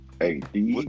AD